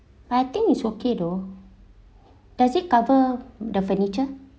I think is okay though does it cover the furniture